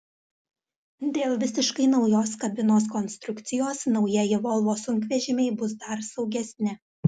dėl visiškai naujos kabinos konstrukcijos naujieji volvo sunkvežimiai bus dar saugesni